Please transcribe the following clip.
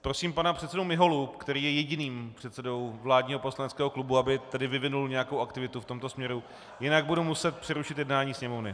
Prosím pana předsedu Miholu, který je jediným předsedou vládního poslaneckého klubu, aby tedy vyvinul nějakou aktivitu v tomto směru, jinak budu muset přerušit jednání sněmovny.